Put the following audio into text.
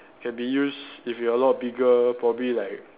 can be used if you're a lot bigger probably like